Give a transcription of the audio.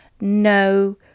no